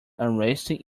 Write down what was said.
unhasting